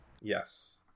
Yes